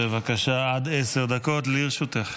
בבקשה, עד עשר דקות לרשותך.